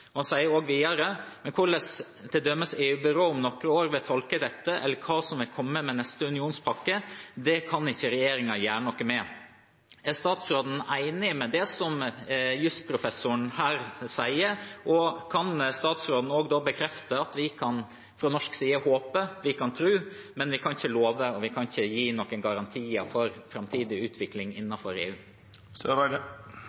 Han sier videre: «Men korleis til dømes EU-byrået om nokre år vil tolke dette, eller kva som vil kome med neste unionspakke – det kan ikkje regjeringa gjere noko med.» Er utenriksministeren enig i det som jusprofessoren her sier? Og kan utenriksministeren bekrefte at vi fra norsk side kan håpe, vi kan tro, men vi kan ikke love, og vi kan ikke gi noen garantier for framtidig utvikling innenfor EU? Jeg kan i grunnen bare gjenta det